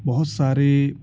بہت سارے